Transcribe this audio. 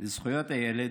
לזכויות הילד,